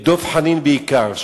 את דב חנין בעיקר,